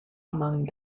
among